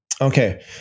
Okay